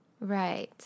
Right